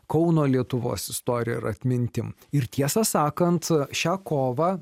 kauno lietuvos istorija ir atmintim ir tiesą sakant šią kovą